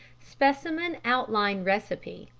specimen outline recipe.